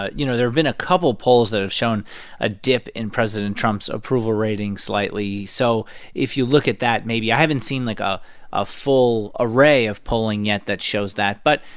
ah you know, there have been a couple polls that have shown a dip in president trump's approval rating, slightly. so if you look at that, maybe. i haven't seen, like, ah a full array of polling yet that shows that. but,